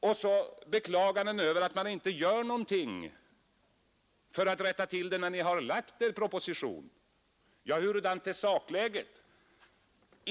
Och så beklagar ni er över att vi inte gör någonting för att tillrättalägga när ni har lagt er proposition. Ja, hurdant är sakläget?